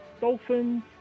Dolphins